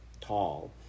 tall